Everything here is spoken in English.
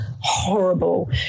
horrible